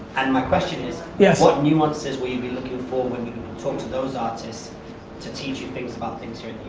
and my question is, yeah what nuances will you be looking for when you talk to those artists to teach you things about things here in